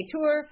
Tour